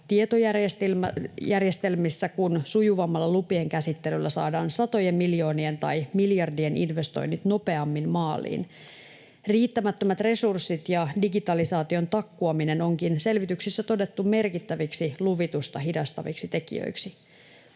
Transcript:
tietojärjestelmissä, kun sujuvammalla lupien käsittelyllä saadaan satojen miljoonien tai miljardien investoinnit nopeammin maaliin. Riittämättömät resurssit ja digitalisaation takkuaminen onkin selvityksissä todettu merkittäviksi luvitusta hidastaviksi tekijöiksi.